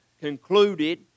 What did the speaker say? concluded